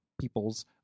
people's